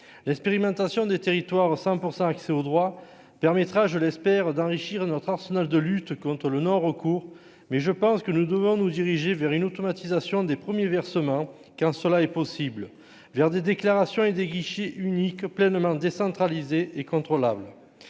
l'expérimentation des territoires 5 pour accès au droit permettra, je l'espère, d'enrichir notre arsenal de lutte contre le nord au cours mais je pense que nous devons nous diriger vers une automatisation des premiers versements quand cela est possible, vers des déclarations et des guichets uniques pleinement décentralisé et contrôlable,